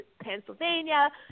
Pennsylvania